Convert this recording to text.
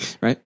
Right